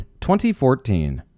2014